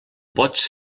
pots